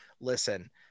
Listen